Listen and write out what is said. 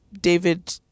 David